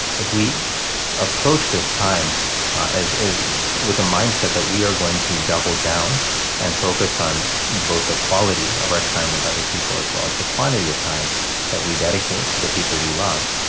if we approach this time as as with a mindset that we are going to double down and focus on both the quality of our time with other people as well as the quantity of time that we dedicate to the people we love,